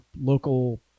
local